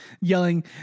yelling